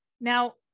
Now